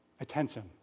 attention